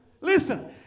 Listen